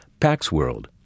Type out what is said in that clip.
PaxWorld